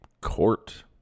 court